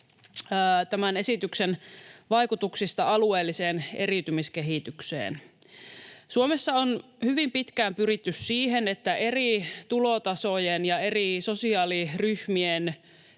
tämän esityksen vaikutuksista alueelliseen eriytymiskehitykseen. Suomessa on hyvin pitkään pyritty siihen, että eri tulotasojen ja eri sosiaaliryhmien